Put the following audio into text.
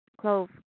clove